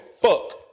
fuck